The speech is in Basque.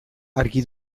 argi